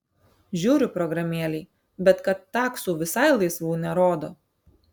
žiūriu programėlėj bet kad taksų visai laisvų nerodo